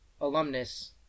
alumnus